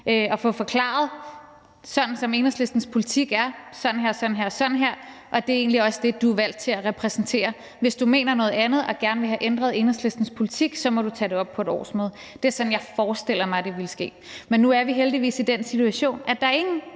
og få forklaret det: Sådan som Enhedslistens politik er, er det sådan her, og det er også det, du er valgt til at repræsentere. Hvis du mener noget andet og gerne vil have ændret Enhedslistens politik, så må du tage det op på et årsmøde. Det er sådan, jeg forestiller mig det ville ske, men nu er vi heldigvis i den situation, at der ikke